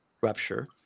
rupture